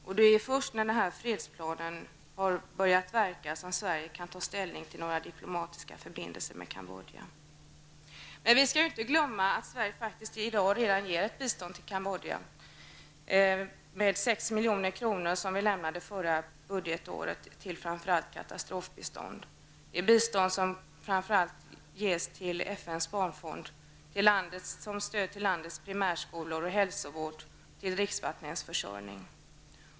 Det är först när fredsplanen har börjat verka som Sverige kan ta ställning till frågan om diplomatiska förbindelser med Kambodja. Men vi skall inte glömma att Sverige i dag faktiskt ger stöd till Kambodja genom framför allt katastrofbiståndet, som uppgick till 16 milj.kr. under förra budgetåret. Biståndet har främst lämnats genom FNs barnfond för stöd till landets primärskolor, hälsovård och dricksvattenförsörjning.